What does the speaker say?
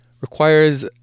requires